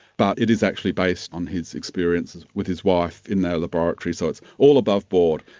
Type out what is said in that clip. but it is actually based on his experience with his wife in their laboratory, so it's all above board.